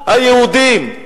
יעשו היהודים.